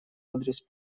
адрес